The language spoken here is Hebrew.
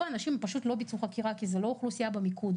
האנשים פשוט לא ביצעו חקירה כי זה לא אוכלוסייה במיקוד.